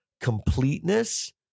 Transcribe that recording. completeness